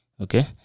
Okay